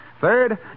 Third